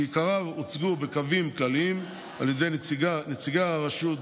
שעיקריו הוצגו בקווים כלליים על ידי נציגי הרשות בוועדה,